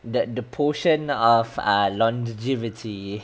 that the portion of our longevity